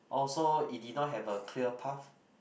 oh so it did not have a clear path